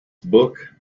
book